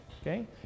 Okay